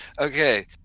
Okay